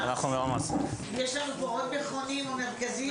יש פה עוד מכונים, או מרכזים?